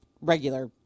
regular